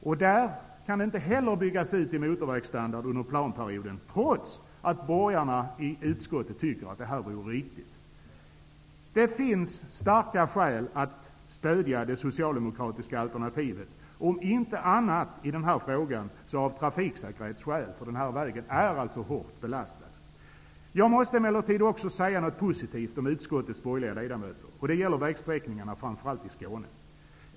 Den vägen kan inte heller byggas ut till motorvägsstandard under planperioden. Detta trots att borgarna i utskottet tycker att det vore riktigt. Det finns starka skäl till att stödja det socialdemokratiska alternativet -- om inte annat så av trafiksäkerhetsskäl. Denna väg är hårt belastad. Jag måste emellertid också säga något positivt om utskottets borgerliga ledamöter. Det gäller framför allt vägsträckningarna i Skåne.